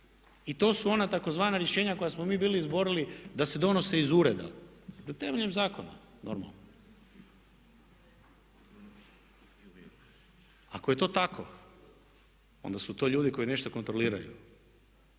i to su ona tzv. rješenja koja smo mi bili izborili da se donose iz ureda temeljem zakona normalno. Ako je to tako onda su to ljudi koji nešto kontroliraju.